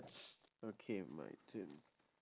okay my turn